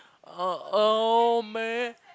oh oh man